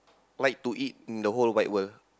like to eat in the whole wide world